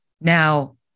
Now